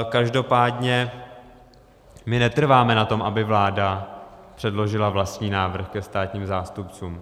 Každopádně my netrváme na tom, aby vláda předložila vlastní návrh ke státním zástupcům.